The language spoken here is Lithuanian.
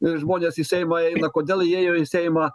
ir žmonės į seimą eina kodėl jie ėjo į seimą